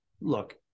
Look